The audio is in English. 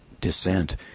descent